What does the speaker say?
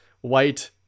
white